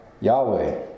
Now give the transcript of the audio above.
Yahweh